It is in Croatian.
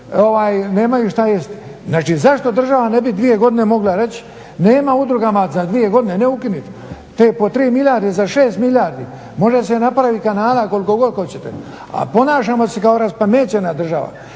Znači, zašto država ne bi dvije godine mogla reći nema udrugama za dvije godine, ne ukinuti, te po tri milijarde. Za šest milijardi može se napraviti kanala koliko god hoćete. A ponašamo se kao raspamećena država.